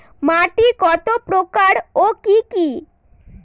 মাটি কত প্রকার ও কি কি?